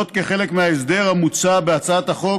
כחלק מההסדר המוצע בהצעת החוק,